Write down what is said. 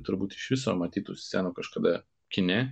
turbūt iš viso matytų scenų kažkada kine